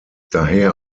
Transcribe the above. daher